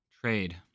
Trade